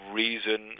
reason